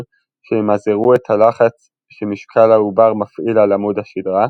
שימזערו את הלחץ שמשקל העובר מפעיל על עמוד השדרה,